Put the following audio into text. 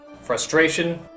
frustration